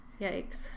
Yikes